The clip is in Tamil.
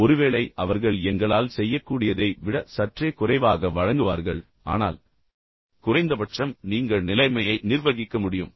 ஒருவேளை அவர்கள் எங்களால் செய்யக்கூடியதை விட சற்றே குறைவாக வழங்குவார்கள் ஆனால் குறைந்தபட்சம் நீங்கள் நிலைமையை நிர்வகிக்க முடியும்